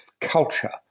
culture